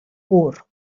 pur